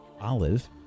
Olive